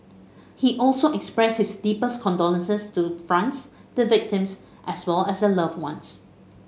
he also expressed his deepest condolences to France the victims as well as their loved ones